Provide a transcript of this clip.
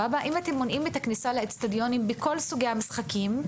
אם אתם מונעים את הכניסה לאצטדיונים בכל סוגי המשחקים,